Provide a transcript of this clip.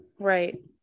right